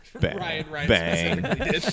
Bang